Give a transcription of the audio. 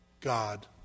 God